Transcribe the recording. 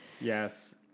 Yes